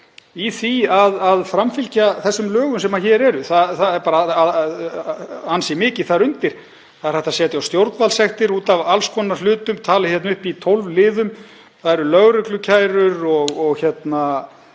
í því að framfylgja þeim lögum sem hér eru. Það er bara ansi mikið þar undir. Það er hægt að setja á stjórnvaldssektir út af alls konar hlutum, talið hér upp í 12 liðum. Það eru lögreglukærur og leyfi